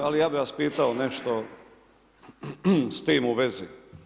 Ali ja bih vas pitao nešto s tim u vezi.